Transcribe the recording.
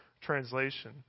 translation